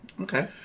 Okay